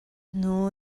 hnu